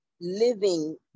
living